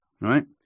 right